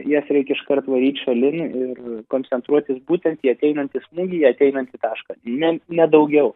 jas reik iškart varyt šalin ir koncentruotis būtent į ateinantį smūgį į ateinantį tašką ne ne daugiau